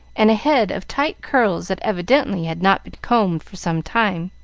and a head of tight curls that evidently had not been combed for some time.